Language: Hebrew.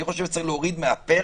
אני חושב שצריך להוריד מהפרק